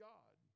God